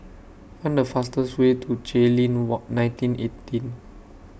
Find The fastest Way to Jayleen wall nineteen eighteen